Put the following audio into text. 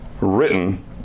written